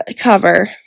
cover